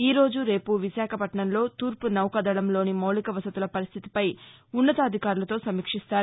ఈరోజురేపు విశాఖపట్నంలో తూర్పు నౌకాదళంలోని మౌలిక వసతుల పరిస్థితిపై ఉన్నతాధికారులతో సమీక్షించనున్నారు